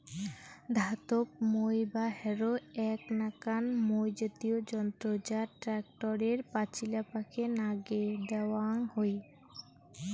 ধাতব মই বা হ্যারো এ্যাক নাকান মই জাতীয় যন্ত্র যা ট্যাক্টরের পাচিলাপাকে নাগে দ্যাওয়াং হই